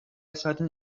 sudden